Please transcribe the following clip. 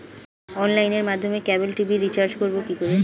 অনলাইনের মাধ্যমে cable TV recharge করব কি করে?